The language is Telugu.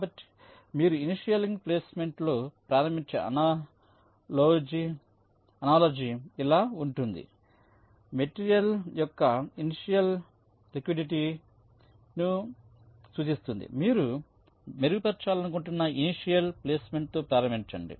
కాబట్టి మీరు ఇనిషియల్ ప్లేస్మెంట్లో ప్రారంభించే అనాలోజి ఇలా ఉంటుంది మెటీరియల్ యొక్క ఇనిషియల్ లిక్విడిటీ ను సూచిస్తుంది మీరు మెరుగుపరచాలనుకుంటున్న ఇనిషియల్ ప్లేస్మెంట్తో ప్రారంభించండి